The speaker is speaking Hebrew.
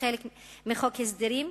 כחלק מחוק ההסדרים,